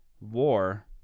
war